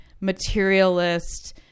materialist